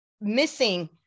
missing